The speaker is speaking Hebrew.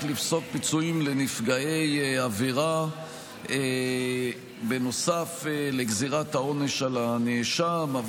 לפסוק פיצויים לנפגעי עבירה נוסף על גזירת העונש על הנאשם,